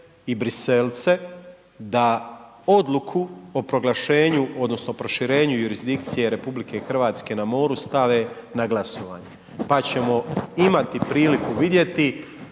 i Briselce da odluku o proglašenju odnosno proširenju jurisdikcije RH na moru stave na glasovanje, pa ćemo imati priliku vidjeti